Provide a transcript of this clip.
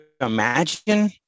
imagine